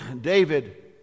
David